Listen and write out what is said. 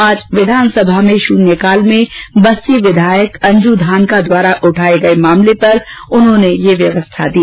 आज विघानसभा में शून्यकाल में बस्सी विधायक अंजू धानका द्वारा उठाए गए मामले पर उन्होंने यह व्यवस्था दी